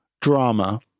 drama